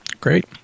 Great